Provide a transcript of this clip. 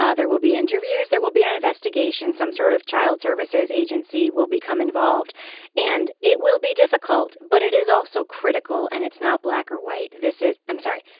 ah there will be interviews there will be an an investigation some sort of child services agency will become involved and it will be difficult but it is also critical and it's not black or white. this is i'm sorry.